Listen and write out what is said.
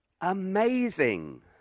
amazing